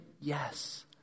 Yes